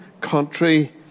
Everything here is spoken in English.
country